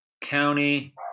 County